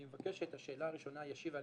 אני מבקש שעל השאלה הראשונה ישיב הפסיכומטריקן,